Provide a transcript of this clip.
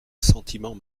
sentiments